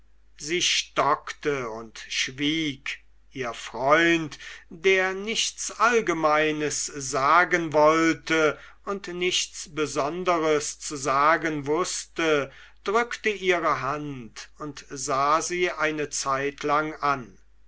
sie stockte und schwieg ihr freund der nichts allgemeines sagen wollte und nichts besonderes zu sagen wußte drückte ihre hand und sah sie eine zeitlang an